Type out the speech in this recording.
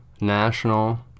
national